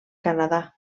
canadà